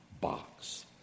box